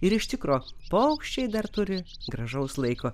ir iš tikro paukščiai dar turi gražaus laiko